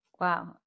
Wow